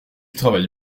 travaille